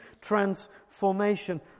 transformation